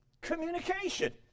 Communication